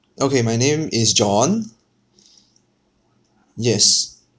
okay my name is john yes